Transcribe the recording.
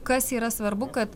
kas yra svarbu kad